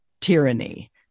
tyranny